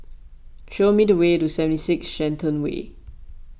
show me the way to seventy six Shenton Way